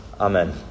Amen